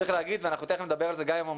צריך להגיד ואנחנו תכף נדבר על זה גם עם המוסדות.